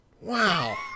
Wow